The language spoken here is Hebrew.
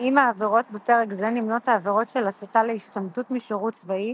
עם העבירות בפרק זה נמנות העבירות של הסתה להשתמטות משירות צבאי,